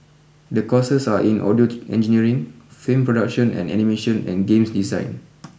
the courses are in audio engineering film production and animation and games design